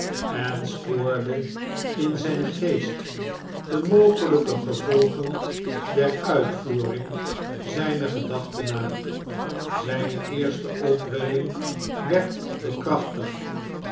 en spoorde in zijn geest de mogelijke gevolgen der uitvoering zjjner gedachte na zjjne eerste opwelling werd bekrachtigd